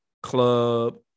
Club